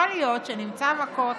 יכול להיות שנמצא מקור תקציבי.